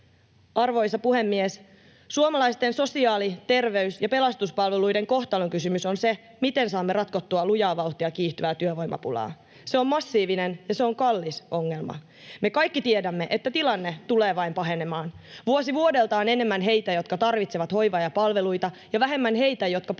Arvoisa puhemies! Suomalaisten sosiaali-, terveys- ja pelastuspalveluiden kohtalonkysymys on se, miten saamme ratkottua lujaa vauhtia kiihtyvää työvoimapulaa. Se on massiivinen, ja se on kallis ongelma. Me kaikki tiedämme, että tilanne tulee vain pahenemaan: vuosi vuodelta on enemmän heitä, jotka tarvitsevat hoivaa ja palveluita, ja vähemmän heitä, jotka palveluita